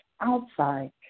outside